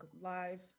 Live